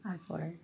তার পরে